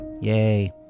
Yay